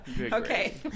Okay